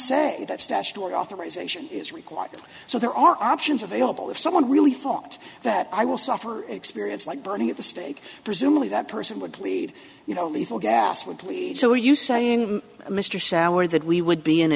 statutory authorization is required so there are options available if someone really thought that i will suffer experience like burning at the stake presumably that person would plead you know lethal gas would plead so are you saying mr sauer that we would be in a